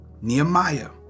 Nehemiah